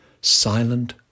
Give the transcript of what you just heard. silent